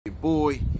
boy